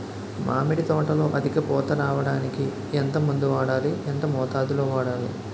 మామిడి తోటలో అధిక పూత రావడానికి ఎంత మందు వాడాలి? ఎంత మోతాదు లో వాడాలి?